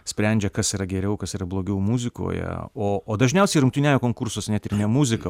sprendžia kas yra geriau kas yra blogiau muzikoje o o dažniausiai rungtyniauja konkursuos net ir ne muzika